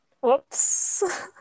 whoops